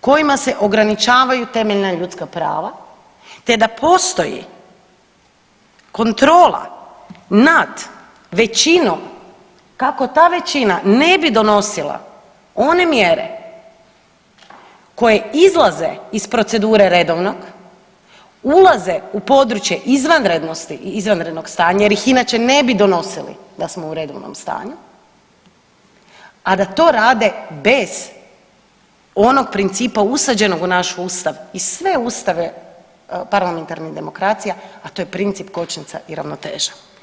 kojima se ograničavaju temeljna ljudska prava te da postoji kontrola nad većinom kako ta većina ne bi donosila one mjere koje izlaze iz procedure redovnog, ulaze u područje izvanrednosti i izvanrednog stanja jer ih inače ne bi donosili, da smo u redovnom stanju, a da to rade bez onog principa usađenog u naš Ustav i sve ustave parlamentarnih demokracija, a to je princip kočnica i ravnoteža.